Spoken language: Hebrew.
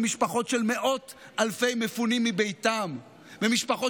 משפחות של מאות אלפי מפונים מביתם ומשפחות